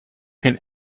can